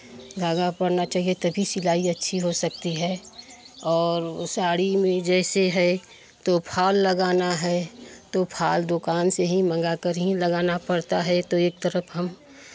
धागा पड़ना चाहिए तभी सिलाई अच्छी हो सकती है और वो साड़ी में जैसे है तो फॉल लगाना है तो फॉल दुकान से ही मंगाकर ही लगाना पड़ता है तो एक तरफ हम